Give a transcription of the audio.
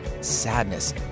sadness